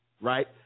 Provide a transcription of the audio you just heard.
right